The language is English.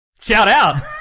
Shout-out